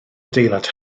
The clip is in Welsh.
adeilad